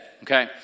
Okay